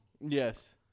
Yes